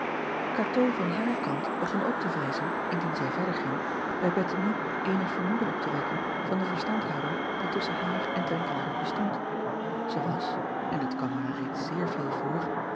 atoo van haar kant begon ook te vreezen indien zij verder ging bij ettemie eenig vermoeden op te wekken van de verstandhouding die tusschen haar en renkelaer bestond ij was en dat kwam haar reeds zeer veel voor